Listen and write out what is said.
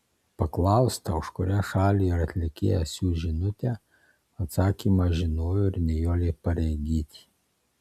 paklausta už kurią šalį ar atlikėją siųs žinutę atsakymą žinojo ir nijolė pareigytė